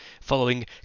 following